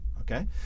Okay